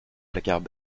placards